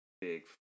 big